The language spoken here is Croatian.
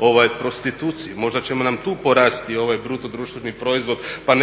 ovaj prostituciji, možda će nam tu porasti ovaj bruto društveni proizvod pa